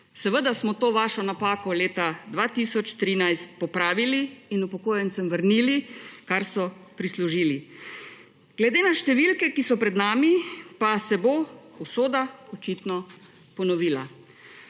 Seveda smo to vašo napako leta 2013 popravili in upokojencem vrnili, kar so prislužili. Glede na številke, ki so pred nami, pa se bo usoda očitno ponovila.